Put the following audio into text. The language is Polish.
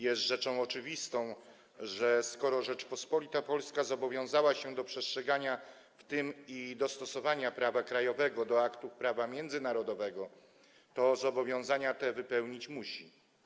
Jest rzeczą oczywistą, że skoro Rzeczpospolita Polska zobowiązała się do przestrzegania tego i dostosowania prawa krajowego do aktów prawa międzynarodowego, to zobowiązania te wypełnić musi.